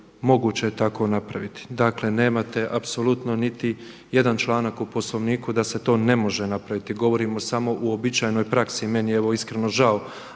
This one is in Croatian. moguće je tako napraviti, dakle nemate apsolutno niti jedan članak u Poslovniku da se to ne može napraviti, govorimo samo o uobičajenoj praksi. Meni je evo iskreno žao